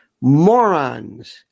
morons